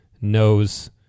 knows